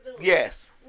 Yes